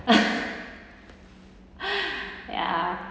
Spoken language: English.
ya